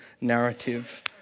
narrative